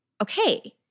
okay